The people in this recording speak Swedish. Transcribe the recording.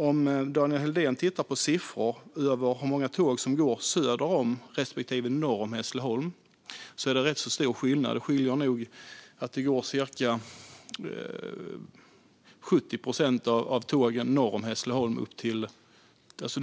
Om Daniel Helldén tittar på siffror på hur många tåg som går söder respektive norr om Hässleholm ser han att det är rätt stor skillnad. Det